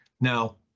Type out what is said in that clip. Now